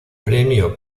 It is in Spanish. premio